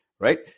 right